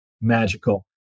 magical